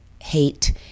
hate